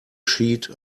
sheet